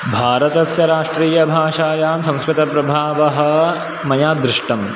भारतस्य राष्ट्रीयभाषायां संस्कृतप्रभावः मया दृष्टं